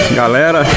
galera